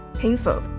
painful